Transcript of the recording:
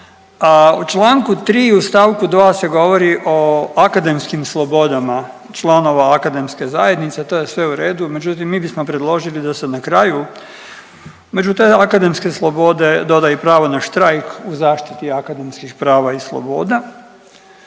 U Članku 3. u stavku 2. se govori o akademskim slobodama članova akademske zajednice to je sve u redu, međutim mi bismo predložili da se na kraju među te akademske slobode doda i pravo na štrajk u zaštiti akademskih prava i sloboda.